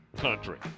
country